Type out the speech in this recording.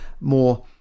more